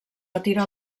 retira